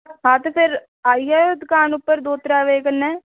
हां ते फिर आई जाओ दकान पर दो त्रै बज़े कन्नै